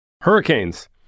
hurricanes